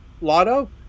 Lotto